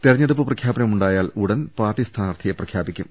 തിരഞ്ഞെടുപ്പ് പ്രഖ്യാപനമുണ്ടായാൽ ഉടൻ പാർട്ടി സ്ഥാനാർഥിയെ പ്രഖ്യാപിക്കും